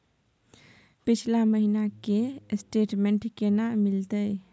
पिछला महीना के स्टेटमेंट केना मिलते?